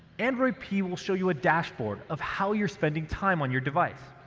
android p will show you a dashboard of how you're spending time on your device.